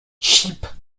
cheap